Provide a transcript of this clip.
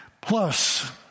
Plus